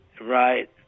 Right